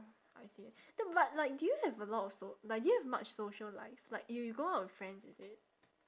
I see th~ but like do you have a lot of so~ like do you have much social life like you go out with friends is it